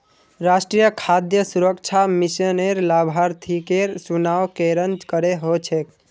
राष्ट्रीय खाद्य सुरक्षा मिशनेर लाभार्थिकेर चुनाव केरन करें हो छेक